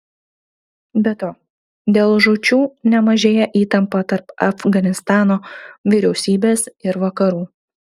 be to dėl žūčių nemažėja įtampa tarp afganistano vyriausybės ir vakarų